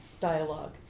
dialogue